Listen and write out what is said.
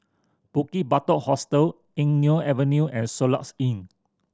Bukit Batok Hostel Eng Neo Avenue and Soluxe Inn